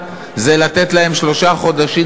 חייל,